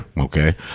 okay